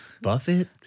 Buffett